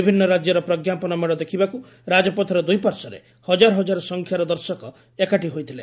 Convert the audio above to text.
ବିଭିନ୍ନ ରାଜ୍ୟର ପ୍ରଙ୍କାପନ ମେଢ଼ ଦେଖିବାକୁ ରାଜପଥର ଦୁଇପାର୍ଶ୍ୱରେ ହଜାର ହଜାର ସଂଖ୍ୟାରେ ଦର୍ଶକ ଏକାଠି ହୋଇଥିଲେ